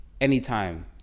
anytime